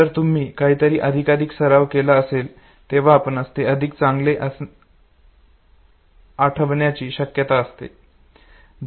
जर तुम्ही काहीतरी अधिकाधिक सराव केला असेल तेव्हा आपणास ते अधिक चांगले आठवण्याची शक्यता असते